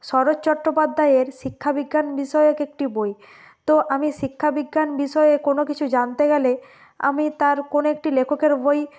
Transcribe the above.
শরৎ চট্টোপাধ্যায়ের শিক্ষা বিজ্ঞান বিষয়ক একটি বই তো আমি শিক্ষ বিজ্ঞান বিষয়ে কোনও কিছু জানতে গেলে আমি তার কোনও একটি লেখকের বই